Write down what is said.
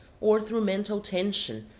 or through mental tension,